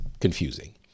confusing